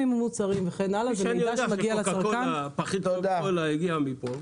זה בדיוק כמו שעל כל פחית קוקה קולה כתוב איפה היא יוצרה.